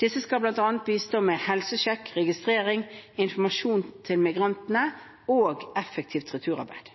Disse skal bl.a. bistå med helsesjekk, registrering, informasjon til migrantene og effektivt returarbeid.